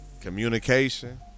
Communication